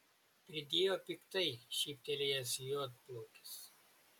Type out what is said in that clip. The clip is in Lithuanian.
pridėjo piktai šyptelėjęs juodplaukis